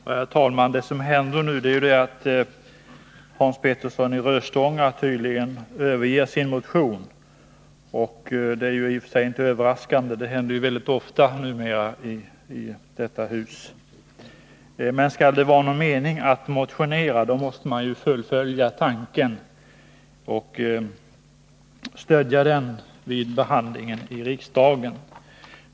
Herr talman! Det som händer nu är att Hans Petersson i Röstånga tydligen överger sin motion. Det är i och för sig inte överraskande. Det händer mycket ofta numera i detta hus. Men skall det vara någon mening med att motionera måste man fullfölja sin tanke och stödja den vid behandlingen i kammaren.